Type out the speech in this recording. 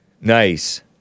Nice